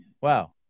wow